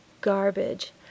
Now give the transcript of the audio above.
garbage